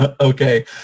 Okay